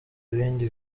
ibindi